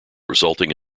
resulting